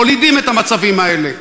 מולידים את המצבים האלה.